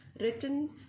written